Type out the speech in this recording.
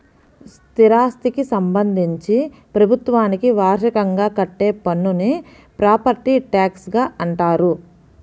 స్థిరాస్థికి సంబంధించి ప్రభుత్వానికి వార్షికంగా కట్టే పన్నును ప్రాపర్టీ ట్యాక్స్గా అంటారు